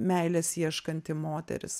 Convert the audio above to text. meilės ieškanti moteris